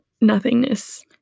nothingness